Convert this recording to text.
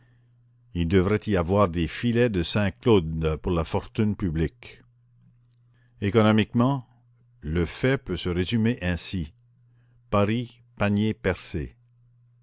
il devrait y avoir des filets de saint-cloud pour la fortune publique économiquement le fait peut se résumer ainsi paris panier percé